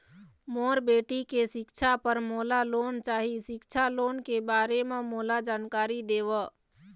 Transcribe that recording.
मोर बेटी के सिक्छा पर मोला लोन चाही सिक्छा लोन के बारे म मोला जानकारी देव?